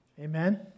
Amen